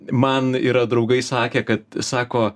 man yra draugai sakę kad sako